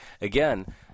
again